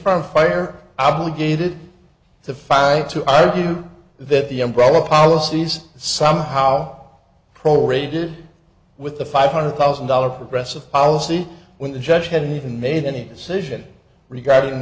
from fire obligated to fight to argue that the umbrella policies somehow prorated with the five hundred thousand dollars progressive policy when the judge hadn't even made any decision regarding